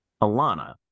Alana